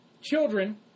children